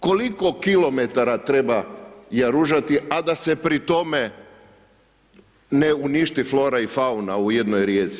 Koliko kilometara treba jaružati a da se pri tome ne uništi flora i fauna u jednoj rijeci?